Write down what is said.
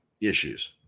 issues